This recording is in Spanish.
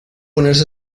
ponerse